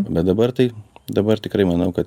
bet dabar tai dabar tikrai manau kad